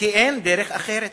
כי אין דרך אחרת.